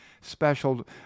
special